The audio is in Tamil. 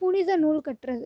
புனித நூல் கற்றது